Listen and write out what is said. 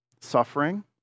suffering